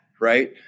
right